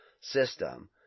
system